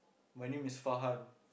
my name is Farhan